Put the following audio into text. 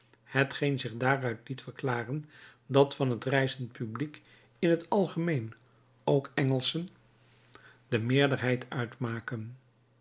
hetgeen zich daaruit liet verklaren dat van het reizend publiek in het algemeen ook engelschen de meerderheid uitmaken